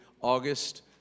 August